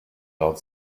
laut